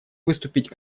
выступить